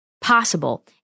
possible